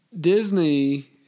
Disney